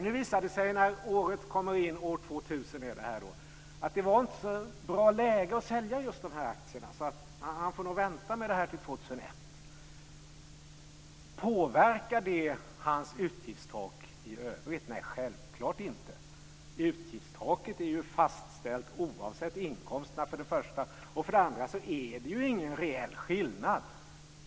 Nu visar det sig när år 2000 kommer att det inte var så bra läge att sälja just dessa aktier, så han får nog vänta till år 2001. Påverkar det hans utgiftstak i övrigt? Nej, självklart inte. Utgiftstaket är ju för det första fastställt oavsett inkomsterna, och för det andra är det ju ingen reell skillnad.